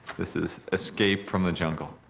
this is escape from the jungle.